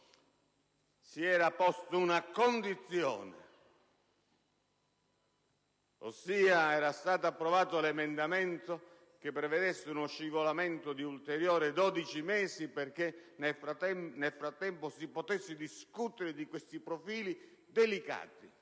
si era posta una condizione, con l'approvazione di un emendamento che prevedeva uno slittamento di ulteriori 12 mesi, perché nel frattempo si potesse discutere di questi profili delicati.